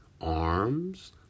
arms